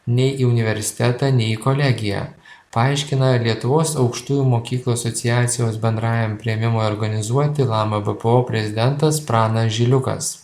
nei į universitetą nei į kolegiją paaiškina lietuvos aukštųjų mokyklų asociacijos bendrajam priėmimui organizuoti lama bpo prezidentas pranas žiliukas